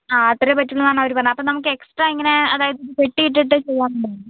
ആ അത്രയേ പറ്റുള്ളൂ എന്നാണ് അവർ പറഞ്ഞത് അപ്പോൾ നമുക്ക് എക്സ്ട്രാ എങ്ങനെ അതായത് കെട്ടി ഇട്ടിട്ട് ചെയ്യാൻ